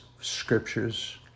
scriptures